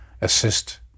assist